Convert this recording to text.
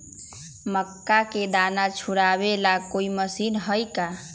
मक्का के दाना छुराबे ला कोई मशीन हई का?